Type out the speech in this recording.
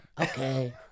okay